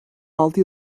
altı